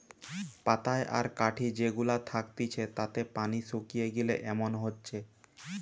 পাতায় আর কাঠি যে গুলা থাকতিছে তাতে পানি শুকিয়ে গিলে এমন হচ্ছে